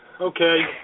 Okay